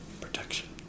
protection